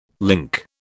Link